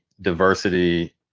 diversity